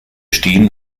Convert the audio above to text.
stehen